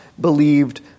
believed